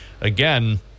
again